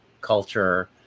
culture